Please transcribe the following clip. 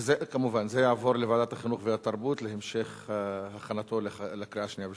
יעבור לוועדת החינוך והתרבות להמשך הכנתו לקריאה השנייה והשלישית.